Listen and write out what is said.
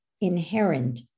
inherent